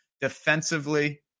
Defensively